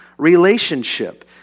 relationship